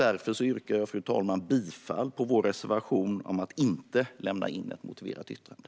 Därför yrkar jag bifall till vår reservation om att inte lämna in ett motiverat yttrande.